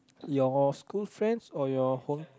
your school friends or your home